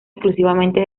exclusivamente